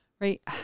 right